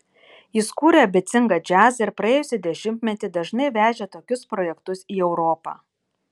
jis kūrė ambicingą džiazą ir praėjusį dešimtmetį dažnai vežė tokius projektus į europą